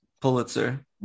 Pulitzer